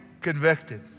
convicted